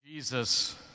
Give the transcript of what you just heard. Jesus